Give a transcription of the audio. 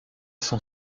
son